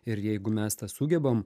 ir jeigu mes tą sugebam